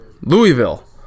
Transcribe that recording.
Louisville